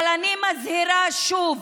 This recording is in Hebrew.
אבל אני מזהירה שוב,